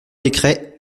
décret